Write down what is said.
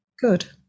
good